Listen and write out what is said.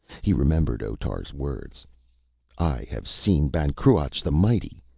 he remembered otar's words i have seen ban cruach the mighty.